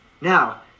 Now